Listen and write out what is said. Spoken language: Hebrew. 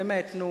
באמת, נו?